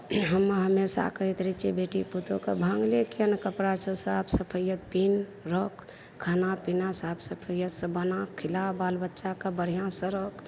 हम हमेशा कहैत रहै छियै बेटी पुतहु कऽ भांगले किएक ने कपरा छौ साफ सफैया पिन्ह रख खाना पीना साफ सफैयासँ बना खिला बाल बच्चा कऽ बढ़िआँसँ रख